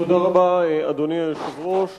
תודה רבה, אדוני היושב-ראש.